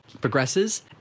progresses